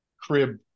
crib